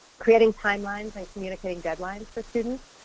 creating timelines and communicating deadlines for students.